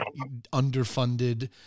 underfunded